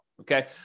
Okay